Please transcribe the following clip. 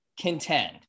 contend